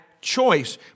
choice